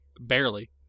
Barely